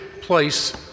place